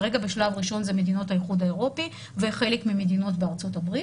כרגע בשלב ראשון זה מדינות האיחוד האירופי וחלק ממדינות בארה"ב